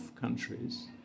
countries